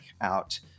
out